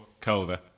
colder